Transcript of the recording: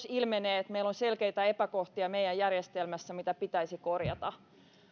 ilmenee että meillä on selkeitä epäkohtia meidän järjestelmässä mitä pitäisi korjata